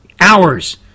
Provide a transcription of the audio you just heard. hours